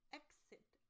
exit